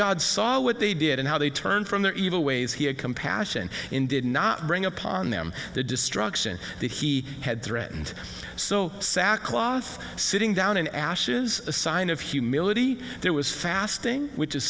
god saw what they did and how they turned from their evil ways he had compassion in did not bring upon them the destruction that he had threatened so sackcloth sitting down in ashes a sign of humor military there was fasting which is